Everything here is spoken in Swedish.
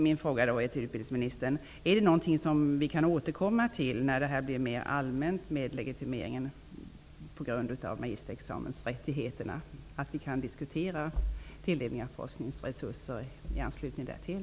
Min fråga till utbildningsministern är: Är detta någonting vi kan återkomma till när det blir mer allmänt med legitimering på grund av magisterexamensrättighet, så att vi kan diskutera tilldelning av forskningsresurser i anslutning därtill?